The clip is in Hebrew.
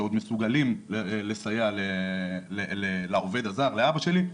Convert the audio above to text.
שעוד מסוגלים לסייע לעובד הזר ולאבא שלי,